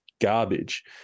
garbage